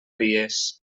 dies